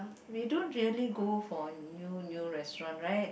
we don't really go for new new restaurant right